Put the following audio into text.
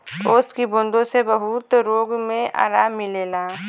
ओस की बूँदो से बहुत रोग मे आराम मिलेला